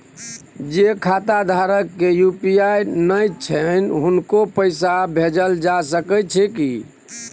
जे खाता धारक के यु.पी.आई नय छैन हुनको पैसा भेजल जा सकै छी कि?